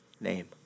name